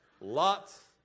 Lot's